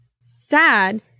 sad